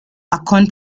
acorn